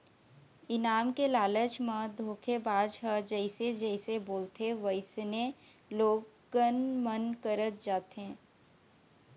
इनाम के लालच म धोखेबाज ह जइसे जइसे बोलथे वइसने लोगन मन करत जाथे